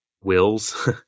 wills